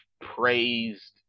praised